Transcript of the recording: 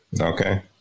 Okay